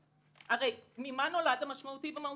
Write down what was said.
הרי ממה נולד המשמעותי והמהותי?